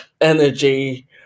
energy